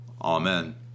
Amen